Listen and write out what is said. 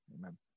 Amen